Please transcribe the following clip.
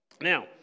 Now